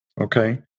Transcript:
Okay